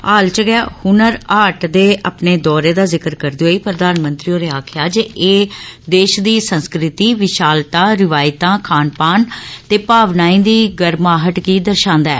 हाल च गै हुनर हाट दे अपने दौरे दा जिक्र करदे होई प्रधानमंत्री होरें आक्खेआ जे एह् देश दी संस्कृति रिवायतां खानपान ते भावनाएं दी गर्माहट गी दर्शादा ऐ